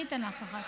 אני אתן לך אחת.